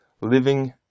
living